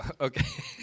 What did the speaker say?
Okay